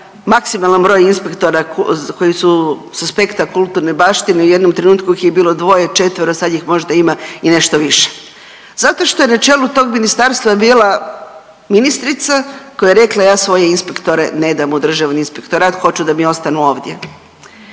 maksimalan broj inspektora koji su s aspekta kulturne baštine, u jednom trenutku ih je bilo dvoje, četvero sad ih možda ima i nešto više. Zato što je na čelu tog ministarstva bila ministrica koja je rekla ja svoje inspektore ne dam u Državni inspektorat hoću da mi ostanu ovdje.